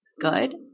good